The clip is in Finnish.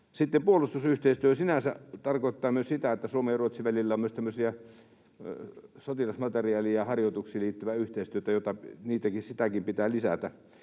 Puolustusyhteistyö sinänsä tarkoittaa myös sitä, että Suomen ja Ruotsin välillä on myös sotilasmateriaaliin ja ‑harjoituksiin liittyvää yhteistyötä, jota sitäkin pitää lisätä.